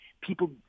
people –